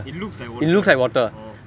it looks like water orh